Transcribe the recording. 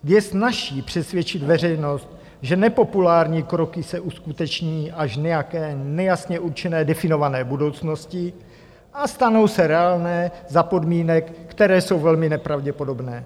Je snazší přesvědčit veřejnost, že nepopulární kroky se uskuteční až v nějaké nejasně určené definované budoucnosti a stanou se reálné za podmínek, které jsou velmi nepravděpodobné.